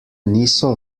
niso